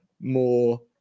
more